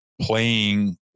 playing